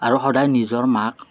আৰু সদায় নিজৰ মাক